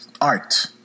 art